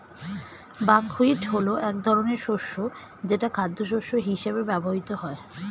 buckwheat হলো এক ধরনের শস্য যেটা খাদ্যশস্য হিসেবে ব্যবহৃত হয়